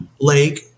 lake